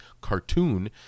cartoon